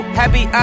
happy